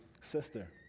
sister